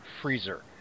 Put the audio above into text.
freezer